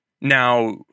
Now